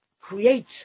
create